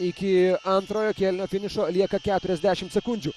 iki antrojo kėlinio finišo lieka keturiasdešimt sekundžių